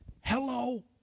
Hello